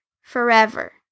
forever